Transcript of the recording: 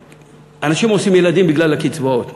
שאנשים עושים ילדים בגלל הקצבאות.